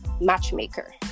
matchmaker